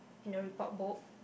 in the report book